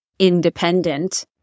independent